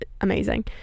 amazing